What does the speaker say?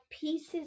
pieces